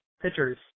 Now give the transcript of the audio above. pitchers